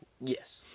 Yes